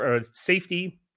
safety